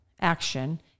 action